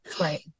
Right